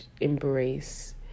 embrace